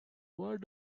what